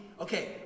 Okay